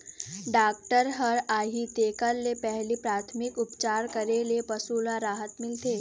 doctor ह आही तेखर ले पहिली पराथमिक उपचार करे ले पशु ल राहत मिलथे